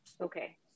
okay